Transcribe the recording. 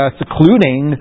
secluding